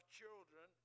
children